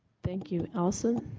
thank you. allison.